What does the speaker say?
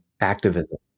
activism